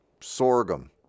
sorghum